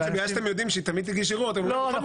שבגלל שאתם יודעים שהיא תמיד תגיש ערעור אתם --- לא,